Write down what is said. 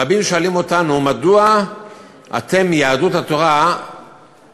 רבים שואלים אותנו: מדוע אתם מיהדות התורה הכנסתם